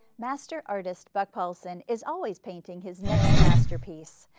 master artist buck paulson is always painting his next masterpiece.